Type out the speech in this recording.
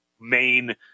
main